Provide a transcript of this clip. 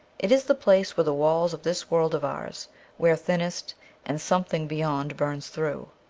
it is the place where the walls of this world of ours wear thinnest and something beyond burns through.